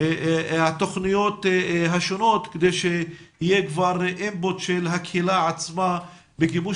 התוכניות השונות כדי שיהיה כבר אינפוט של הקהילה עצמה בגיבוש